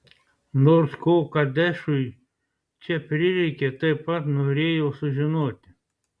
nors ko kadešui čia prireikė taip pat norėjau sužinoti